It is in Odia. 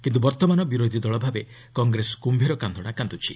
କିନ୍ତୁ ବର୍ତ୍ତମାନ ବିରୋଧୀ ଦଳ ଭାବେ କଂଗ୍ରେସ କୁମ୍ଭୀର କାନ୍ଦଶା କାନ୍ଦୁଛି